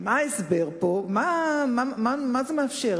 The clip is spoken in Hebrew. מה ההסבר פה, למה זה מתאפשר?